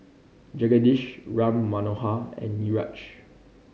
Jagadish Ram Manohar and Niraj